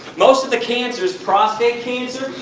most of the cancers, prostate cancer,